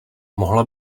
mohla